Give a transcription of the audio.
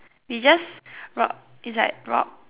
we just rock is like rock